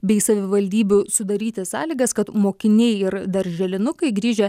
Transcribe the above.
bei savivaldybių sudaryti sąlygas kad mokiniai ir darželinukai grįžę